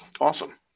Awesome